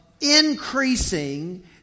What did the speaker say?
increasing